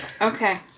Okay